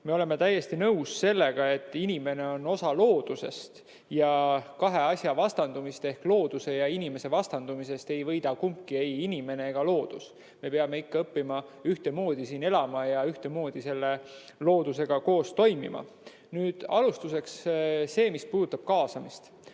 me oleme täiesti nõus sellega, et inimene on osa loodusest. Kahe asja vastandumisest ehk looduse ja inimese vastandumisest ei võida kumbki, ei inimene ega loodus. Me peame õppima ühtemoodi siin elama ja ühtemoodi selle loodusega koos toimima. Alustuseks see, mis puudutab kaasamist.